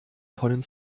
tonnen